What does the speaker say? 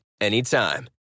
anytime